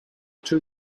two